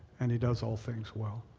and he does all things well.